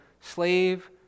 slave